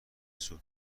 سوت